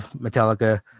Metallica